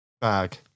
bag